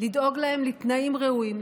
לדאוג להם לתנאים ראויים,